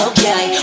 Okay